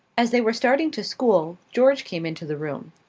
as they were starting to school george came into the room.